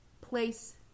place